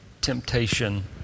temptation